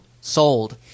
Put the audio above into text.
Sold